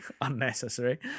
unnecessary